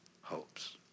hopes